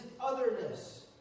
otherness